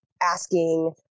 asking